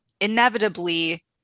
inevitably